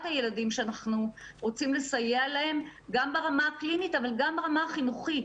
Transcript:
הילדים שאנחנו רוצים לסייע להם גם ברמה הקלינית אבל גם ברמה החינוכית.